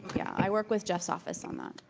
yeah i work with jeff's office on that.